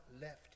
left